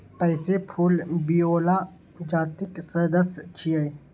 pansy फूल viola जातिक सदस्य छियै